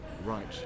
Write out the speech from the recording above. Right